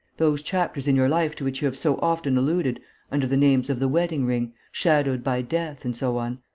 those chapters in your life to which you have so often alluded under the names of the wedding-ring, shadowed by death, and so on.